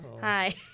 Hi